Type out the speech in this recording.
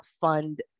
fund